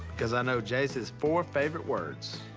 cause i know jase's four favorite words.